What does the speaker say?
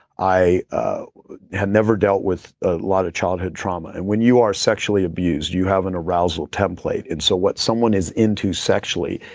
i had never dealt with a lot of childhood trauma. and when you are sexually abused, you have an arousal template. and so, what someone is into sexually,